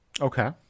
Okay